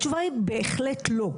התשובה היא בהחלט לא.